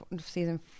season